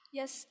Yes